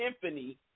Symphony